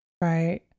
Right